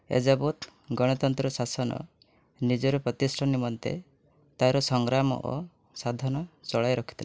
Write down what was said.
ଏଜାବତ୍ ଗଣତନ୍ତ୍ର ଶାସନ ନିଜର ପ୍ରତିଷ୍ଠା ନିମନ୍ତେ ତାର ସଂଗ୍ରାମ ଓ ସାଧନ ଚଳାଇ ରଖିଥିଲେ